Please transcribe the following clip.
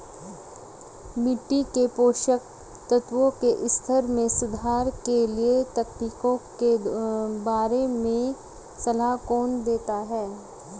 मिट्टी के पोषक तत्वों के स्तर में सुधार के लिए तकनीकों के बारे में सलाह कौन देता है?